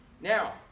now